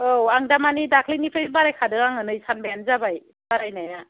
औ आं दा मानि दाख्लैनिफ्राय बारायखादों आङो नै सानबायानो जाबाय बारायनाया